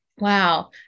Wow